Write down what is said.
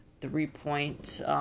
three-point